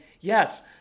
yes